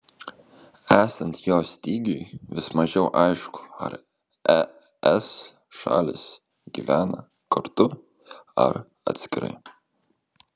esant jo stygiui vis mažiau aišku ar es šalys gyvena kartu ar atskirai